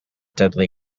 deadly